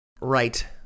right